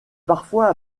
parfois